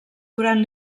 durant